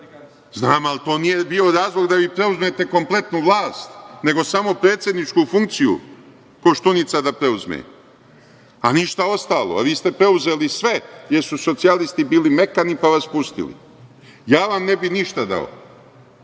ali to nije bio razlog da vi preuzmete kompletnu vlast, nego samo predsedničku funkciju Koštunica da preuzme, a ništa ostalo, a vi ste preuzeli sve, jer su socijalisti bili mekani pa vas pustili. Ja vam ne bih ništa dao,